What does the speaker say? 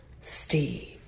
Steve